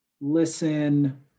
listen